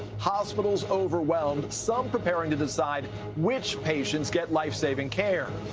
hospitals overwhelmed. some, preparing to decide which patients get lifesaving care.